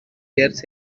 years